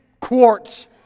quartz